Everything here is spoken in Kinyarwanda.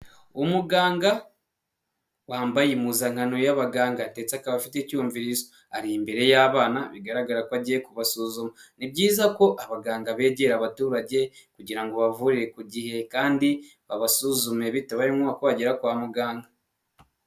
Umuganga wambaye impuzankano y'abaganga ndetse akaba afite icyumvirizo, ari imbere y'abana bigaragara ko agiye kubasuzuma, ni byiza ko abaganga begera abaturage, kugira ngo babavure ku gihe kandi babasuzume bitabaye ngombwa ko bagera kwa muganga.